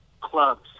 Clubs